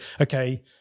okay